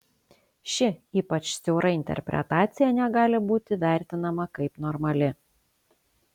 ši ypač siaura interpretacija negali būti vertinama kaip normali